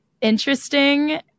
interesting